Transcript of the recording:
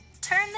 Turn